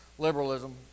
Liberalism